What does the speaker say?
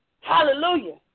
Hallelujah